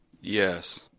Yes